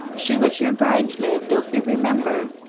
she was your bridesmaid, don't you remember?